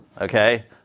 okay